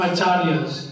Acharyas